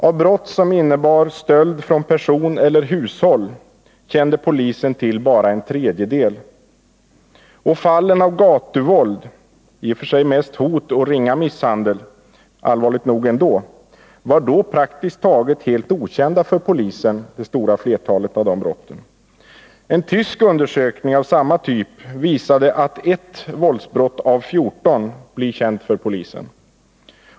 Av brott som innebar stöld från person eller hushåll kände polisen till bara en tredjedel. Det stora flertalet fall av gatuvåld — i och för sig mest hot och ringa misshandel men allvarligt nog ändå — var praktiskt taget helt okända för polisen. En tysk undersökning av samma typ visade att 1 våldsbrott av 14 blir känt för polisen.